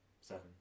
Seven